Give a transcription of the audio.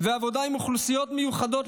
ועבודה עם אוכלוסיות מיוחדות,